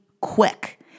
quick